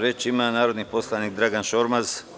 Reč ima narodni poslanik Dragan Šormaz.